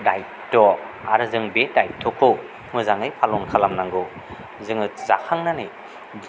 दायथ' आरो जों बे दायथ'खौ मोजाङै फालन खालाम नांगौ जोङो जाखांनानै